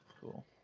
Cool